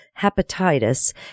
hepatitis